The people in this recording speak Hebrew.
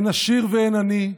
אין עשיר ואין עני,